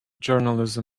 journalism